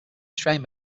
strain